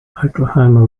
oklahoma